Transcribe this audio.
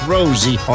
Rosie